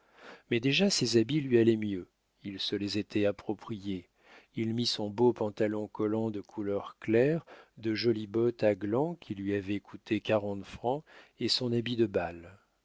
mais déjà ses habits lui allaient mieux il se les était appropriés il mit son beau pantalon collant de couleur claire de jolies bottes à glands qui lui avaient coûté quarante francs et son habit de bal